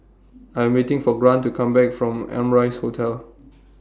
I Am waiting For Grant to Come Back from Amrise Hotel